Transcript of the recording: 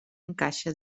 encaixa